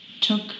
took